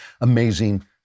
amazing